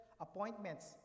appointments